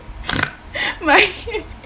my